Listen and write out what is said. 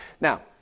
Now